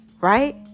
right